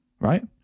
right